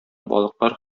балыклар